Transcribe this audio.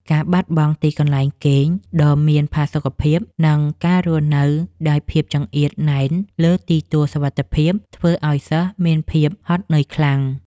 ការបាត់បង់ទីកន្លែងគេងដ៏មានផាសុកភាព និងការរស់នៅដោយភាពចង្អៀតណែនលើទីទួលសុវត្ថិភាព ធ្វើឱ្យសិស្សមានភាពហត់នឿយខ្លាំង។